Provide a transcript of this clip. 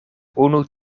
unu